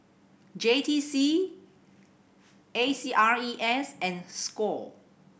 J T C A C R E S and score